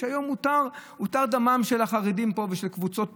שהיום הותר דמם של החרדים פה ושל קבוצות באוכלוסייה,